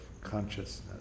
consciousness